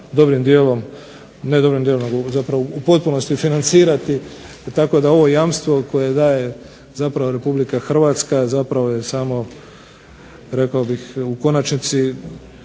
dobrim dijelom, ne dobrim dijelom zapravo u potpunosti financirati. Tako da ovo jamstvo koje daje RH je samo rekao bih u konačnici